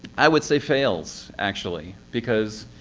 i would say fails, actually. because